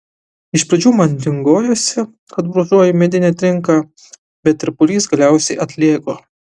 iš pradžių man dingojosi kad brūžuoju medinę trinką bet tirpulys galiausiai atlėgo